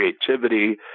creativity